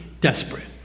desperate